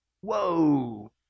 Whoa